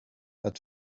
but